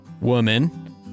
woman